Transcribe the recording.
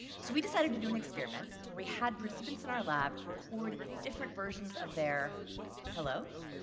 so we decided to do an experiment. we had participants in our lab record different versions of their hello,